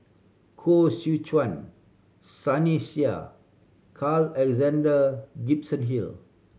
Koh Seow Chuan Sunny Sia Carl Alexander Gibson Hill